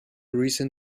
reason